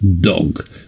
dog